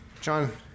John